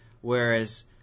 Whereas